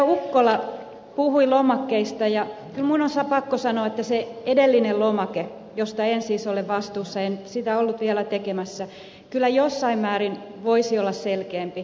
ukkola puhui lomakkeista ja minun on pakko sanoa että se edellinen lomake josta en siis ole vastuussa en sitä vielä ollut tekemässä kyllä jossain määrin voisi olla selkeämpi